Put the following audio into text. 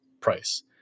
price